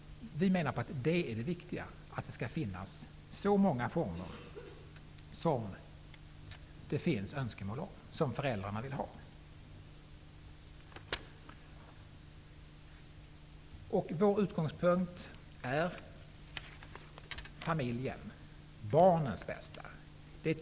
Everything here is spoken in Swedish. Vi menar att det är viktigt att det skall finnas så många former som det finns önskemål om och som föräldrarna vill ha. Vår utgångspunkt är familjen och barnens bästa.